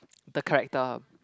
the character